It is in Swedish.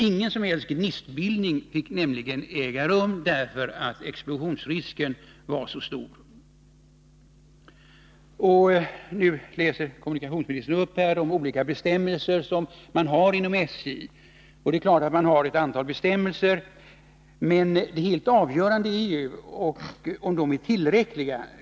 Ingen som helst gnistbildning fick nämligen äga rum, därför att explosionsrisken var så stor. Kommunikationsministern läser nu upp de olika bestämmelser man har inom SJ. Det är klart att man har ett antal bestämmelser, men det helt avgörande är ju om de är tillräckliga.